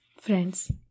Friends